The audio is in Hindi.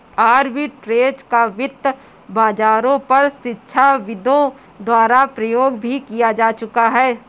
आर्बिट्रेज का वित्त बाजारों पर शिक्षाविदों द्वारा प्रयोग भी किया जा चुका है